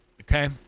okay